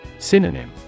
synonym